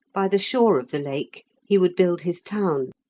by the shore of the lake he would build his town,